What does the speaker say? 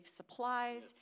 supplies